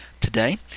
today